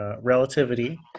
Relativity